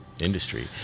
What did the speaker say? industry